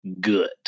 good